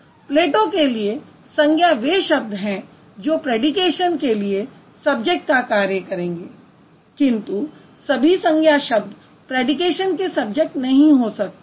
प्लेटो के लिए संज्ञा वे शब्द हैं जो प्रैडीकेशन के लिए सब्जैक्ट का कार्य करेंगे किंतु सभी संज्ञा शब्द प्रैडीकेशन के सब्जैक्ट नहीं हो सकते